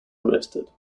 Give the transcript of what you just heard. arrested